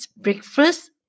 breakfast